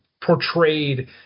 portrayed